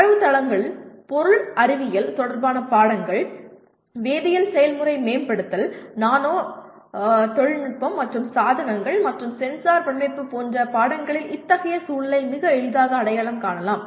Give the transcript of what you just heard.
தரவுத்தளங்கள் பொருள் அறிவியல் தொடர்பான பாடங்கள் வேதியியல் செயல்முறை மேம்படுத்தல் நானோ தொழில்நுட்பம் மற்றும் சாதனங்கள் மற்றும் சென்சார் வடிவமைப்பு போன்ற பாடங்களில் இத்தகைய சூழலை மிக எளிதாக அடையாளம் காணலாம்